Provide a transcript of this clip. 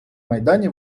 майдані